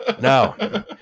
No